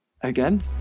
Again